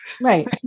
right